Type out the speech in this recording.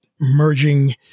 merging